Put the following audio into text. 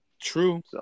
True